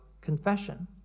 confession